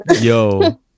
Yo